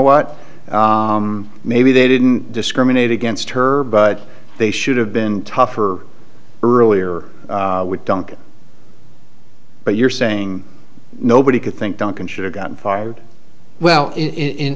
what maybe they didn't discriminate against her but they should have been tougher earlier with duncan but you're saying nobody could think duncan should have gotten fired well in